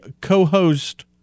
co-host